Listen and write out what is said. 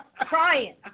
Crying